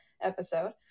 episode